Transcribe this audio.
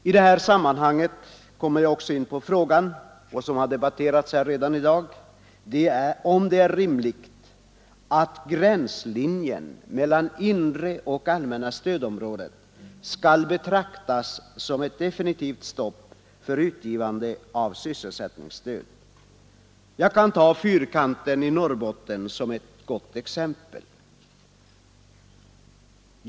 I detta sammanhang kommer jag också in på frågan — som har debatterats redan här tidigare — om det är rimligt att gränslinjen mellan inre och allmänna stödområdet skall betraktas som ett definitivt stopp för utgivande av sysselsättningsstöd. Jag kan ta Fyrkanten i Norrbotten som ett gott exempel.